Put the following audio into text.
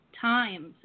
times